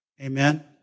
Amen